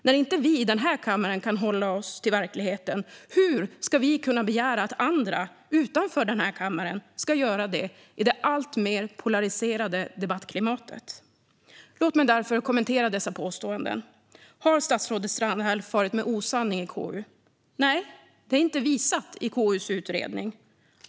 När inte vi i denna kammare kan hålla oss till verkligheten, hur ska vi kunna begära att andra ska göra det utanför denna kammare i det alltmer polariserade debattklimatet? Låt mig därför kommentera dessa påståenden. Har statsrådet Strandhäll farit med osanning i KU? Nej, det är inte visat i KU:s utredning.